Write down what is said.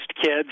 kids